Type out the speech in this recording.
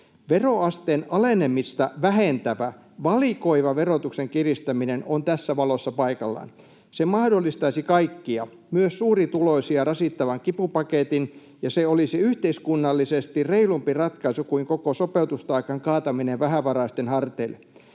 Veroasteen alenemista vähentävä, valikoiva verotuksen kiristäminen on tässä valossa paikallaan. Se mahdollistaisi kaikkia — myös suurituloisia — rasittavan kipupaketin, ja se olisi yhteiskunnallisesti reilumpi ratkaisu kuin koko sopeutustaakan kaataminen vähävaraisten harteille.